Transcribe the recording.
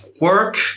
work